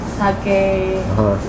sake